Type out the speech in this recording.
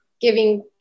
giving